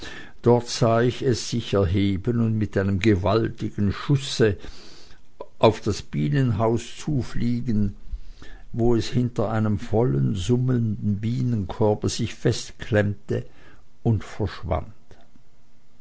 dort sah ich es sich erheben und mit einem gewaltigen schusse auf das bienenhaus zufliegen wo es hinter einem vollen summenden bienenkorbe sich festklemmte und verschwand